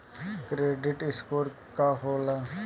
Credit score का होला?